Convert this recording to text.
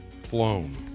flown